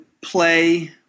play